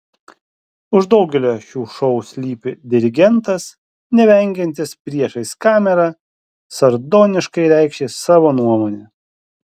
už daugelio šių šou slypi dirigentas nevengiantis priešais kamerą sardoniškai reikšti savo nuomonę